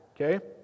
okay